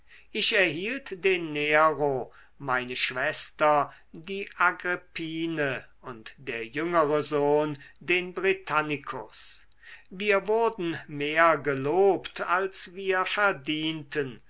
ich erhielt den nero meine schwester die agrippine und der jüngere sohn den britannicus wir wurden mehr gelobt als wir verdienten